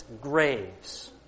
graves